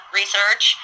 research